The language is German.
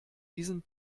diesen